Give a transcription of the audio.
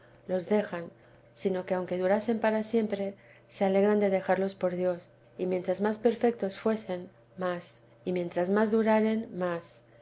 los dejan sino que aunque durasen para siempre se alegran de dejarlos por dios y mientras más perfectos fuesen más y mientras más duraren más